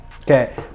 okay